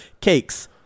Cakes